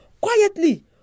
quietly